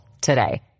today